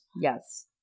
Yes